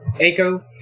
Aiko